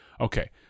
Okay